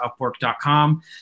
upwork.com